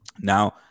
Now